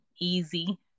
easy